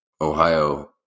Ohio